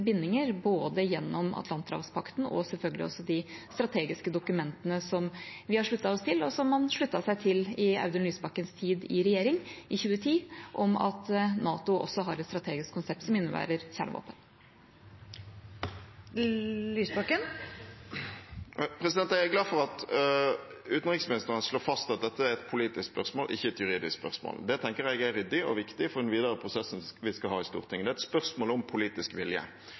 bindinger både gjennom Atlanterhavspakten og selvfølgelig også gjennom de strategiske dokumentene som vi har sluttet oss til, og som man sluttet seg til i Audun Lysbakkens tid i regjering i 2010, om at NATO også har et strategisk konsept som innebærer kjernevåpen. Det åpnes for oppfølgingsspørsmål – først Audun Lysbakken. Jeg er glad for at utenriksministeren slår fast at dette er et politisk spørsmål, ikke et juridisk spørsmål. Det tenker jeg er ryddig og viktig for den videre prosessen vi skal ha i Stortinget. Det er spørsmål om politisk vilje.